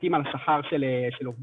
פרטים על שכר של עובדים,